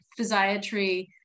physiatry